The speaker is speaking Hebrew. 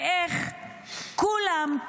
איך כולם,